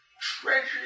Treasure